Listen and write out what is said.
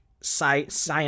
science